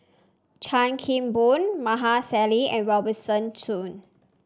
Chan Kim Boon Maarof Salleh and Robert Soon